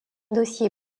dossier